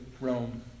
Rome